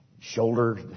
shoulder